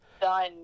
done